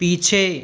पीछे